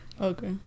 okay